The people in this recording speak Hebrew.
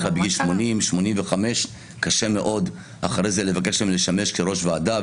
כלל בגיל 85-80. קשה מאוד אחרי זה לבקש מהם לשמש כראש ועדה,